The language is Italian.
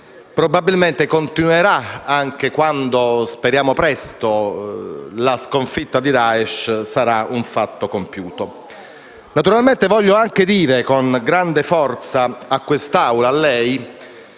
probabilmente continuerà anche quando, speriamo presto, la sconfitta di Daesh sarà un fatto compiuto. Naturalmente voglio anche dire con grande forza a quest'Assemblea